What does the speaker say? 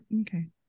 Okay